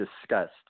discussed